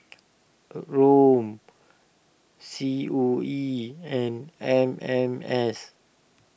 Rom C O E and M M S